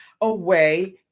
away